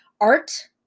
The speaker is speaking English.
art